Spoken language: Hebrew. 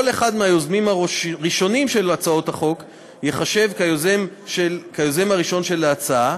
כל אחד מהיוזמים הראשונים של הצעות החוק ייחשב ליוזם הראשון של ההצעה,